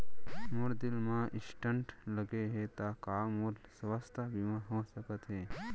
मोर दिल मा स्टन्ट लगे हे ता का मोर स्वास्थ बीमा हो सकत हे?